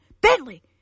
Bentley